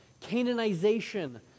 canonization